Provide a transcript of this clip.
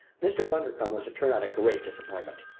mr. bundercombe was to turn out a great disappointment.